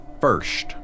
first